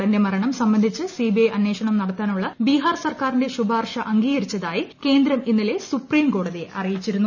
നടന്റെ മരണം സംബന്ധിച്ച് സിബിഐ അന്വേഷണം ്നിട്ത്താനുള്ള ബീഹാർ സർക്കാരിന്റെ ശുപാർശ അംഗീകരിച്ചത്ത്യി കേന്ദ്രം ഇന്നലെ സുപ്രീം കോടതിയെ അറിയിച്ചിരുന്നു